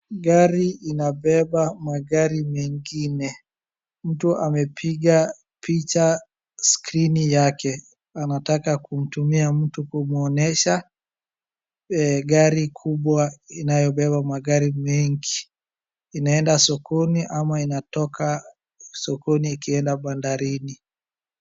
Gari inabeba magari mengine. Mtu amepiga picha screen yake anataka kumtumia mtu kumuonyesha gari kubwa inayobeba magari mengi. Inaenda sokoni ama inatoka sokoni ikienda bandarini.